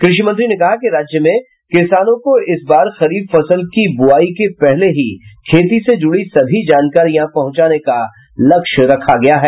कृषि मंत्री ने कहा कि राज्य में किसानों को इस बार खरीफ फसल की ब्रआई के पहले ही खेती से जुड़ी सभी जानकारियां पहुंचाने का लक्ष्य रखा गया है